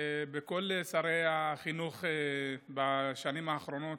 אצל כל שרי החינוך בשנים האחרונות,